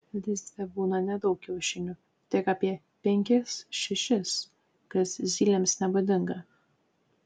lizde būna nedaug kiaušinių tik apie penkis šešis kas zylėms nebūdinga